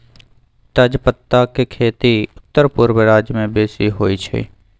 तजपत्ता के खेती उत्तरपूर्व राज्यमें बेशी होइ छइ